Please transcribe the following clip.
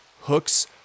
Hooks